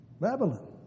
Babylon